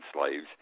slaves